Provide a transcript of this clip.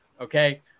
okay